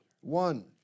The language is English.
One